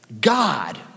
God